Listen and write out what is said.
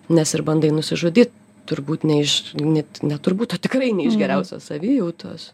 nes ir bando nusižudyt turbūt ne iš net ne turbūt o tikrai ne iš geriausios savijautos